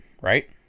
right